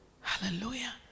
Hallelujah